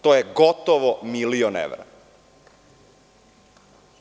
To je gotovo milion evra.